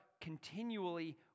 continually